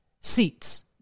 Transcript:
seats